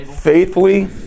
faithfully